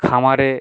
খামারে